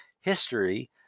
history